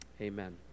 amen